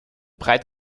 breit